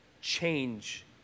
change